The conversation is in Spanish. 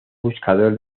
buscador